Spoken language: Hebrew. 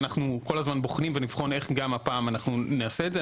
אנחנו כל הזמן בוחנים ונבחן איך גם הפעם אנחנו נעשה את זה.